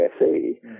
USA